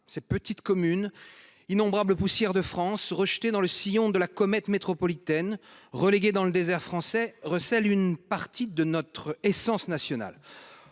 Ces petites communes, innombrables poussières de France, rejetées dans le sillon de la comète métropolitaine, reléguées dans le « désert français », recèlent une part de notre essence nationale.